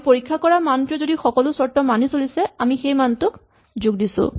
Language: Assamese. আমি পৰীক্ষা কৰা মানটোৱে যদি সকলো চৰ্ত মানি চলিছে সেই মানটোক আমি যোগ দিছো